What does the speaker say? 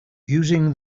using